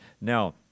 Now